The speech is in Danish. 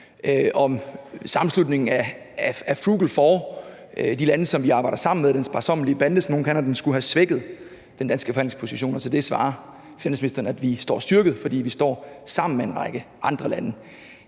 om sammenslutningen af the frugal four, de lande, som vi arbejder sammen med – den sparsommelige bande, som nogle kalder den – skulle have svækket den danske forhandlingsposition, og til det svarer finansministeren, at vi står styrket, fordi vi står sammen med en række andre lande.